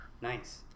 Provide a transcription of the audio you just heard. Nice